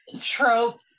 trope